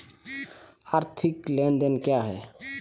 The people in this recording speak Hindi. आर्थिक लेनदेन क्या है?